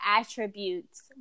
attributes